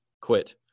quit